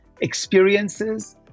experiences